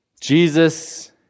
Jesus